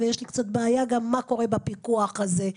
ויש לי קצת בעיה גם מה קורה בפיקוח הזה.